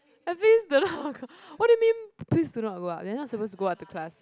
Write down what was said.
and please do not go what do you mean please do not go up you're not suppose to go up to class